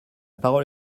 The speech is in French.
parole